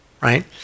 right